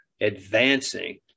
advancing